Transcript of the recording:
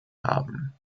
haben